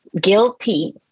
guilty